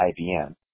IBM